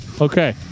Okay